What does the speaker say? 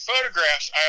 photographs